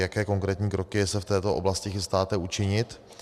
Jaké konkrétní kroky se v této oblasti chystáte učinit?